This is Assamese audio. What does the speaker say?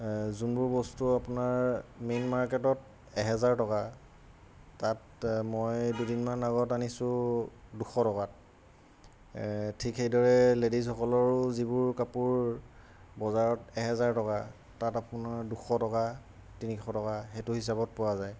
যোনবোৰ বস্তু আপোনাৰ মেইন মাৰ্কেটত এহেজাৰ টকা তাত মই দুদিনমান আগত আনিছোঁ দুশ টকাত ঠিক সেইদৰে লেডিজসকলৰো যিবোৰ কাপোৰ বজাৰত এহেজাৰ টকা তাত আপোনাৰ দুশ টকা তিনিশ টকা সেইটো হিচাপত পোৱা যায়